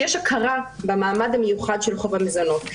הכרה במעמד המיוחד של חוב המזונות,